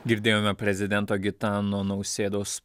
girdėjome prezidento gitano nausėdos